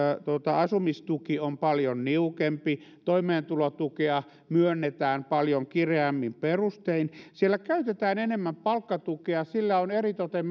asumistuki on paljon niukempi toimeentulotukea myönnetään paljon kireämmin perustein siellä käytetään enemmän palkkatukea sillä on eritoten